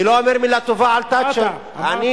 אני לא אומר מלה טובה על תאצ'ר, אמרת, אמרת.